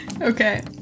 Okay